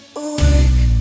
awake